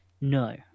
No